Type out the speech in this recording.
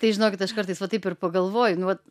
tai žinokit aš kartais va taip ir pagalvoju nu vat